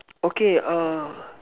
okay err